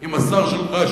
עם השר שלך,